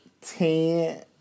Ten